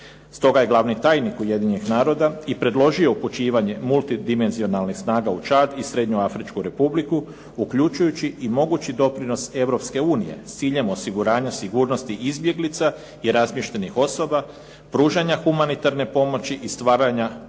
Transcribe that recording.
Stoga je glavni tajnik Ujedinjenih naroda i predložio upućivanje multidimenzionalnih snaga u Čad i Srednjoafričku Republiku, uključujući i mogući doprinos Europske unije s ciljem osiguranja sigurnosti izbjeglica i razmještenih osoba, pružanja humanitarne pomoći i stvaranja povoljnih